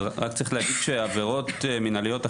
אז צריך להגיד שעבירות מינהליות אחרות,